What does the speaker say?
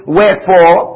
Wherefore